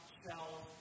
shells